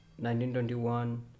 1921